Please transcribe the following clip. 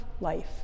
life